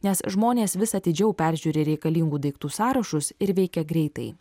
nes žmonės vis atidžiau peržiūri reikalingų daiktų sąrašus ir veikia greitai